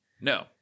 No